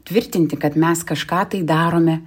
tvirtinti kad mes kažką tai darome